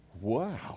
wow